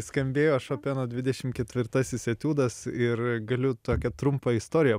skambėjo šopeno dvidešim ketvirtasis etiudas ir galiu tokią trumpą istoriją